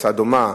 הצעה דומה,